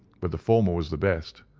but the former was the best,